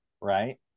right